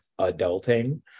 adulting